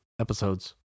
episodes